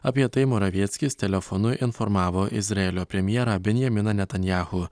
apie tai moravieckis telefonu informavo izraelio premjerą benjaminą netanjahu